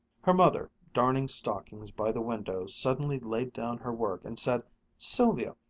her mother, darning stockings by the window, suddenly laid down her work and said sylvia,